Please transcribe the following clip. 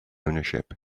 ownership